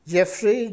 Jeffrey